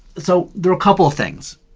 so there are a couple things.